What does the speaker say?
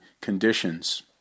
conditions